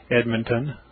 Edmonton